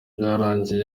byarangiye